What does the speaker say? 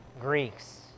Greeks